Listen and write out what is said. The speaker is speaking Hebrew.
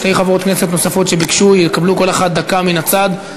שתי חברות הכנסת נוספות שביקשו יקבלו כל אחת דקה מן הצד.